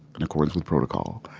in accordance with protocol,